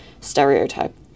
stereotype